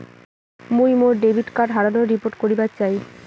মুই মোর debit card হারানোর রিপোর্ট করিবার চাই